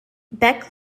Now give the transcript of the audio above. beck